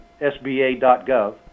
SBA.gov